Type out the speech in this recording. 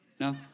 no